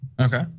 Okay